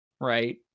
right